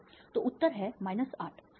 तो उत्तर है 8